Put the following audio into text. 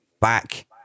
back